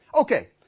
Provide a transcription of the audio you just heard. Okay